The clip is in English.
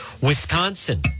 Wisconsin